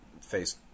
face